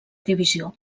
divisió